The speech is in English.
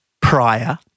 Prior